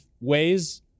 ways